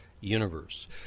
universe